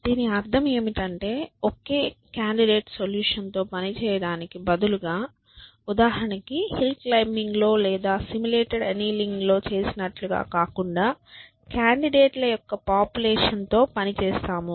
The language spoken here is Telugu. దీని అర్థం ఏమిటి అంటే ఒకే కాండిడేట్ సొల్యూషన్తో పనిచేయడానికి బదులుగా ఉదాహరణకు హిల్ క్లైమ్బింగ్లో లేదా సిములేటెడ్ ఎనియలింగ్లో చేసినట్లుగా కాకుండా కాండిడేట్ ల యొక్క పాపులేషన్ తో పని చేస్తాము